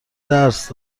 درس